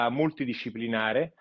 multidisciplinare